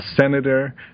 senator